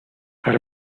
had